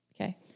Okay